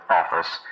office